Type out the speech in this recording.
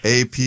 AP